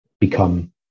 become